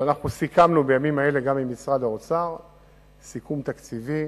שאנחנו סיכמנו בימים אלה עם משרד האוצר סיכום תקציבי